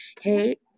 Hey